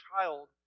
child